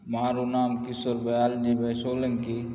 મારું નામ કિશોરભાઈ આલજીભાઈ સોલંકી